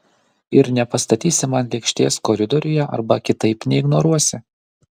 ir nepastatysi man lėkštės koridoriuje arba kitaip neignoruosi